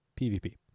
PvP